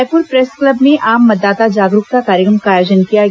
Raipur press club में आम मतदाता जागरूकता कार्यक्रम का आयोजन किया गया